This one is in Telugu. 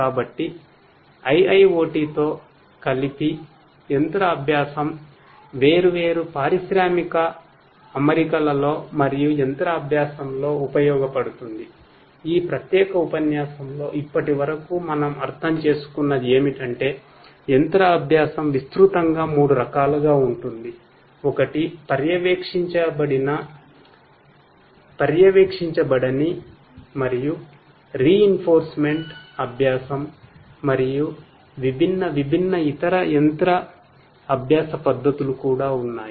కాబట్టి మెషిన్ లెర్నింగ్ అభ్యాసం మరియు విభిన్న విభిన్న ఇతర యంత్ర అభ్యాస పద్ధతులు కూడా ఉన్నాయి